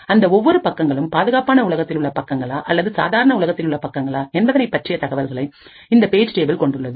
அந்த ஒவ்வொரு பக்கங்களும் பாதுகாப்பான உலகத்தில் உள்ள பக்கங்களா அல்லது சாதாரண உலகத்தில் உள்ள பக்கங்களா என்பதை பற்றிய தகவல்களை இந்த பேஜ் டேபிள் கொண்டுள்ளது